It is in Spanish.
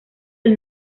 del